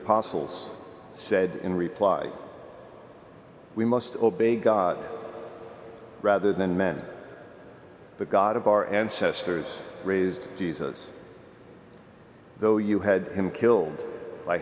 apostles said in reply we must obey god rather than men the god of our ancestors raised jesus though you had him killed by